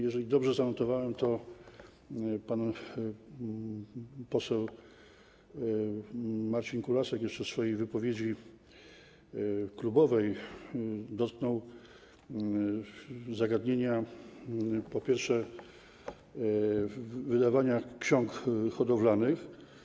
Jeżeli dobrze zanotowałem, to pan poseł Marcin Kulasek jeszcze w swojej wypowiedzi klubowej dotknął zagadnienia wydawania ksiąg hodowlanych.